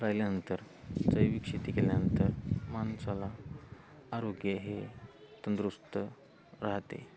राहिल्यानंतर जैविक शेती केल्यानंतर मानसाला आरोग्य हे तंदुरुस्त राहतेे